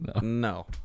No